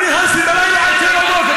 מ-23:00 עד 07:00,